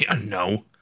No